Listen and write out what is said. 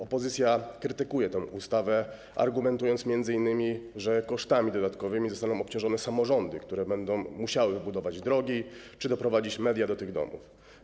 Opozycja krytykuje tę ustawę, argumentując m.in., że kosztami dodatkowymi zostaną obciążone samorządy, które będą musiały budować drogi czy doprowadzić media do tych domów.